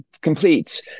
completes